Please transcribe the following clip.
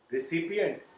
Recipient